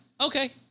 okay